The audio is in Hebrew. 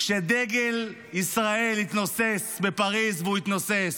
כשדגל ישראל יתנוסס בפריז, והוא יתנוסס,